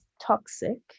toxic